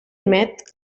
met